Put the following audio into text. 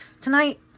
tonight